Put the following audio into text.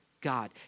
god